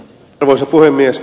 arvoisa puhemies